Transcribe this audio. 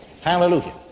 Hallelujah